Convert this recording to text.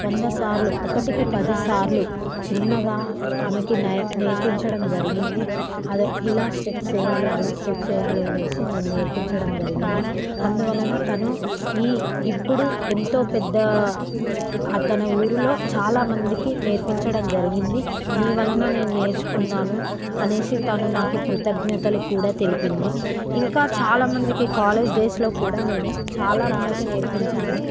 వంద సార్లు ఒకటికి పది సార్లు చిన్నగా ఆమెకి నే నేర్పించడం జరిగింది అది ఇలా స్టెప్స్ వేయాలి అలా స్టెప్స్ వేయాలి అనేసి నేను నేర్పించడం జరిగింది అందువలన తను ఈ ఇప్పుడు ఎంతో పెద్ద తన ఊరిలో చాలామందికి నేర్పించడం జరిగింది నీ వలన నేను నేర్చుకున్నాను అనేసి తను నాకు కృతజ్ఞతలు కూడా తెలిపింది ఇంకా చాలామందికి కాలేజ్ డేస్లో కూడా నేను చాలామందికి నేర్పించాను